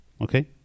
Okay